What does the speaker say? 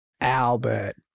Albert